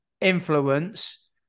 influence